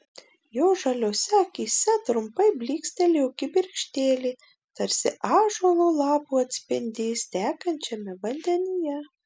jo žaliose akyse trumpai blykstelėjo kibirkštėlė tarsi ąžuolo lapų atspindys tekančiame vandenyje